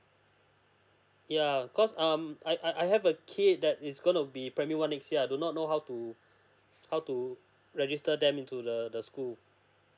yeah cause um I I I have a kid that is gonna be primary one next year I do not know how to how to register them into the the school